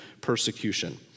persecution